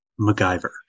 MacGyver